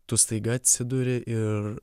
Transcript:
tu staiga atsiduri ir